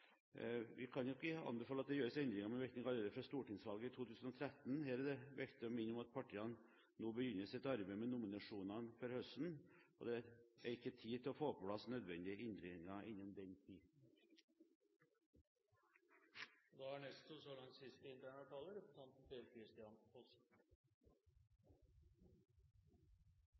Vi kan ikke anbefale at det gjøres endringer med virkning allerede fra stortingsvalget i 2013. Her er det viktig å minne om at partiene begynner sitt arbeid med nominasjonene i høst. Det er ikke tid til å få på plass de nødvendige endringer innen den tid. Jeg vil bare for ordens skyld opplyse om at det er